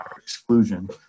exclusion